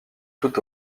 tout